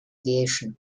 aviation